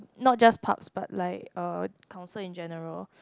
not just Pubs but like uh council in general